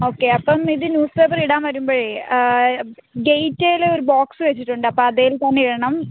okay അപ്പം ഇത് newspaper ഇടാൻ വരുമ്പോഴേ ഗേറ്റിൽ ഒരു ബോക്സ് വെച്ചിട്ടുണ്ട് അപ്പം അതിൽ തന്നെ ഇടണം